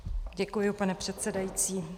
Děkuji, pane předsedající.